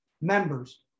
members